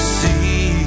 see